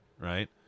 right